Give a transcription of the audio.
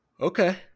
Okay